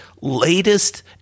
latest